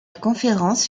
conférence